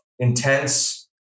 intense